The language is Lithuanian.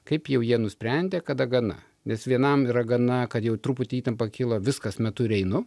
kaip jau jie nusprendė kada gana nes vienam yra gana kad jau truputį įtampa kyla viskas metu ir einu